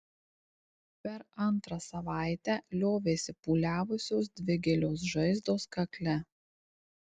per antrą savaitę liovėsi pūliavusios dvi gilios žaizdos kakle